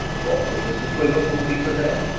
what could mr quiverful be to them,